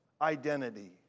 identity